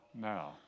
now